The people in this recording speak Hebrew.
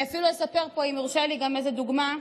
אני אפילו אספר פה, אם יורשה לי, גם איזו דוגמה.